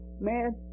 man